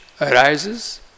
arises